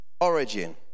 origin